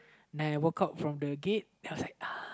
and I walk out from the gate I was like uh